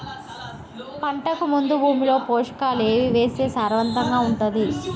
పంటకు ముందు భూమిలో పోషకాలు ఏవి వేస్తే సారవంతంగా ఉంటది?